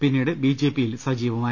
പിന്നീട് ബിജെപിയിൽ സജീവമായി